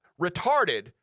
retarded